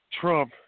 Trump